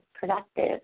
productive